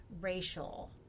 racial